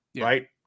right